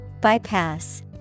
Bypass